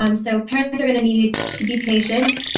um so parents are going to need to be patient.